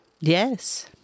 Yes